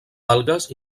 algues